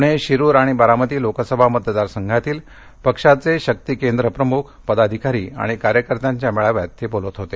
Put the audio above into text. पुणे शिरूर आणि बारामती लोकसभा मतदार संघातील पक्षाचे शक्ती केंद्र प्रमुख पदाधिकारी आणि कार्यकर्त्यांच्या मेळाव्यात ते बोलत होते